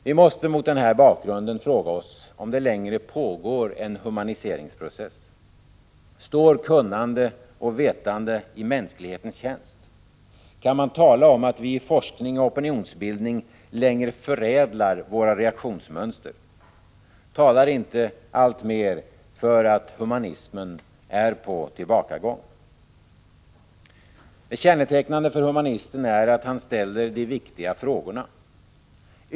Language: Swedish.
Vi måste mot den här bakgrunden fråga oss om det längre pågår en humaniseringsprocess. Står kunnande och vetande i mänsklighetens tjänst? Kan man tala om att vi i forskning och opinionsbildning nu längre förädlar våra reaktionsmönster? Talar inte alltmer för att humanismen är på tillbakagång? Det kännetecknande för humanisten är att han ställer de viktiga frågorna.